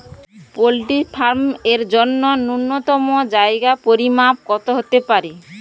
Poultry farm এর জন্য নূন্যতম জায়গার পরিমাপ কত হতে পারে?